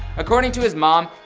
according to his mom,